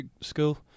school